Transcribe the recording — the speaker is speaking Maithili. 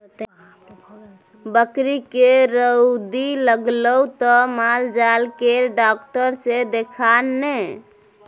बकरीके रौदी लागलौ त माल जाल केर डाक्टर सँ देखा ने